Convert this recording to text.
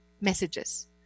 messages